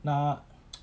nak